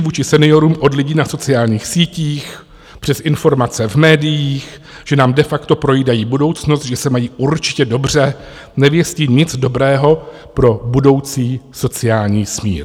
Výčitky vůči seniorům od lidí na sociálních sítích, přes informace v médiích, že nám de facto projídají budoucnost, že se mají určitě dobře, nevěstí nic dobrého pro budoucí sociální smír.